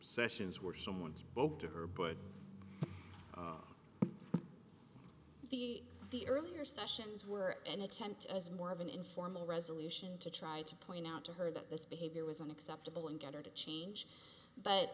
sessions where someone spoke to her but the the earlier sessions were an attempt as more of an informal resolution to try to point out to her that this behavior was unacceptable and get her to change but